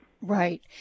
Right